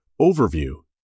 Overview